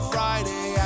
Friday